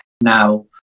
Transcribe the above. Now